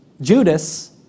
Judas